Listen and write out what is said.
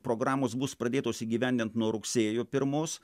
programos bus pradėtos įgyvendint nuo rugsėjo pirmos